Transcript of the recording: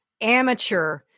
Amateur